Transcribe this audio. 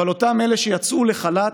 אבל אותם אלה שיצאו לחל"ת,